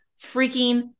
freaking